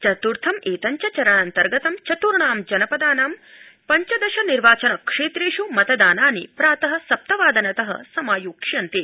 चतुर्थं एतं च चरणान्तर्गतं चर्त्णां जनपदानां पञ्चदश निर्वाचन क्षेत्रेष् मतदानानि प्रात सप्तवादनत समायोक्ष्यन्ते